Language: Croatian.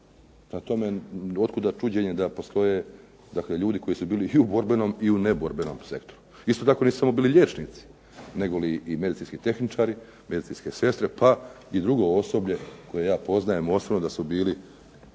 tome, od kuda čuđenje da postoje ljudi koji su bili u borbenom i u neborbenom sektoru. Isto tako nisu bili samo liječnici, nego i medicinski tehničari, medicinske sestre, pa i drugo osoblje koje ja poznajem osobno koji su bili,